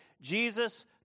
Jesus